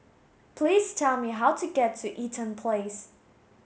please tell me how to get to Eaton Place